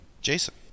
Jason